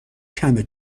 کمه